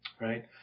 Right